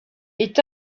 est